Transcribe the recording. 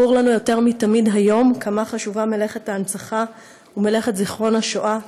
ברור לנו יותר מתמיד היום כמה חשובות מלאכת ההנצחה ומלאכת זיכרון השואה,